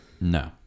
No